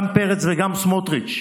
גם פרץ וגם סמוטריץ'.